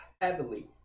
heavily